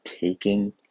taking